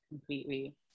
Completely